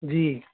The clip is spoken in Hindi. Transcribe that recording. जी